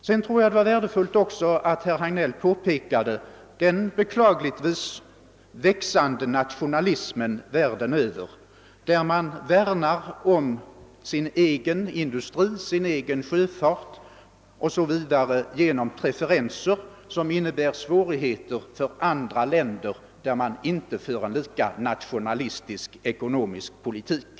Sedan tror jag också det var värdefullt att herr Hagnell påpekade den beklagliga, växande nationalismen världen över. Den gör att man överallt värnar om sin egen industri, sin egen sjöfart 0. S.v. genom preferenser som medför svårigheter för andra länder, där man inte för en lika nationalistisk ekonomisk politik.